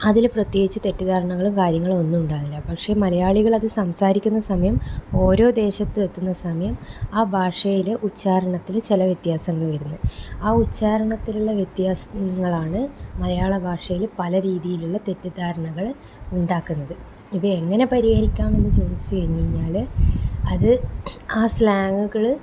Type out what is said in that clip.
അതിൽ പ്രത്യേകിച്ച് തെറ്റിദ്ധാരണകളും കാര്യങ്ങളും ഒന്നുമുണ്ടാവില്ല പക്ഷേ മലയാളികൾ അത് സംസാരിക്കുന്ന സമയം ഓരോ ദേശത്തും എത്തുന്ന സമയം ആ ഭാഷയിലെ ഉച്ചാരണണത്തിൽ ചില വ്യത്യാസങ്ങൾ വരുന്നത് ആ ഉച്ചാരണത്തിലുള്ള വ്യത്യാസങ്ങളാണ് മലയാള ഭാഷയിൽ പലരീതീലുള്ള തെറ്റിദ്ധാരണകൾ ഉണ്ടാക്കുന്നത് ഇവ എങ്ങനെ പരിഹരിക്കാം എന്ന് ചോദിച്ചു കഴിഞ്ഞു കഴിഞ്ഞാൽ അത് ആ സ്ലാങ്ങുകൾ